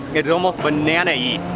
it's almost banana-ey,